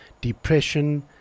depression